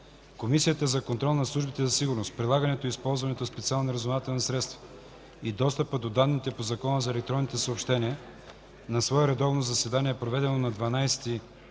Комисията за контрол над службите за сигурност, прилагането и използването на специални разузнавателни средства и достъпа до данните по Закона за електронните съобщения на свое редовно заседание, проведено на 12 март